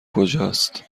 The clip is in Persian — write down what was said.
کجاست